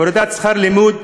הורדת שכר לימוד,